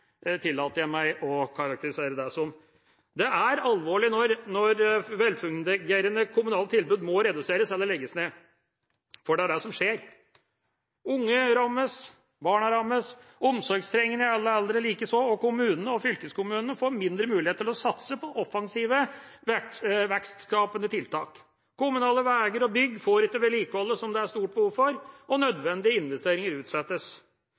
tillater jeg meg å karakterisere det som. Det er alvorlig når velfungerende kommunale tilbud må reduseres eller legges ned. For det er det som skjer. Unge rammes, barna rammes, omsorgstrengende i alle aldre likeså, og kommunene og fylkeskommunene får mindre mulighet til å satse på offensive vekstskapende tiltak. Kommunale veier og bygg får ikke vedlikeholdet som det er stort behov for, og nødvendige investeringer utsettes.